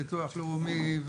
ביטוח לאומי,